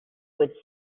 would